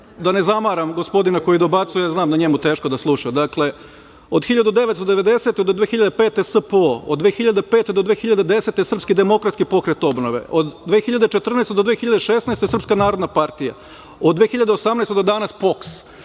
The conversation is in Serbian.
da ne zamaram gospodina koji dobacuje, jer znam da je njemu teško da sluša. Dakle, od 1990. do 2005. godine SPO, od 2005. do 2010. Srpski demokratski pokret obnove, od 2014. do 2016. godine Srpska narodna partija, od 2018. do danas POKS,